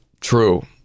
True